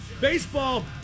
baseball